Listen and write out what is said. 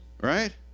Right